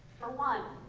for one,